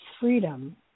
freedom